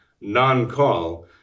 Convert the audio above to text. non-call